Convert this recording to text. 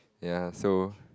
ya so